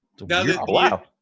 Wow